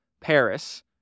Paris